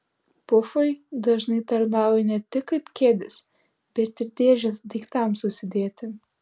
pufai dažnai tarnauja ne tik kaip kėdės bet ir dėžės daiktams susidėti